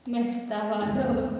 मेस्तावाडो